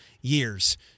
years